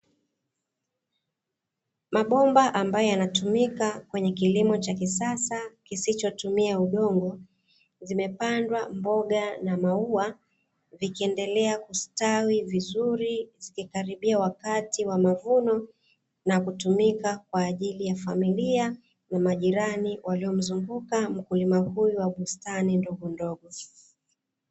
Mabomba ambayo yanatumika kwenye kilimo cha kisasa kisichotumia udongo, zimepandwa mboga na maua, vikiendelea kustawi vizuri zikikaribia wakati wa mavuno na kutumika kwaajili ya familia na majirani walio mzunguka mkulima huyo wa bustani ndogondogo.